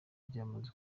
ryamaze